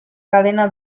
cadena